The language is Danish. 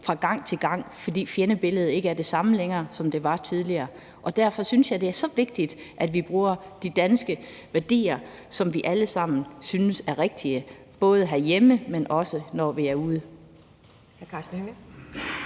fra gang til gang, fordi fjendebilledet ikke er det samme, som det var tidligere. Derfor synes jeg, det er så vigtigt, at vi bruger de danske værdier, som vi alle sammen synes er rigtige, både herhjemme, men også, når vi er ude.